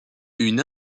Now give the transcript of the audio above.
une